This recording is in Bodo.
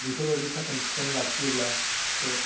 बिफोरबादि साखोन सिखोन लाखियोब्लासो